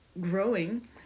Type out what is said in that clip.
growing